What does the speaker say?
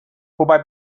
wobei